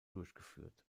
durchgeführt